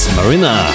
Marina